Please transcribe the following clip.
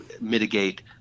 mitigate